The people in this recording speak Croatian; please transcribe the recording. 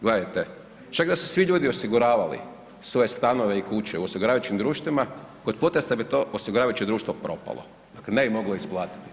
Gledajte, čak da su svi ljudi osiguravali svoje stanove i kuće u osiguravajućih društvima, kod potresa bi to osiguravajuće društvo propalo, dakle, ne bi moglo isplatiti.